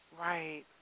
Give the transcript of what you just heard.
Right